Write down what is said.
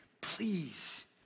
Please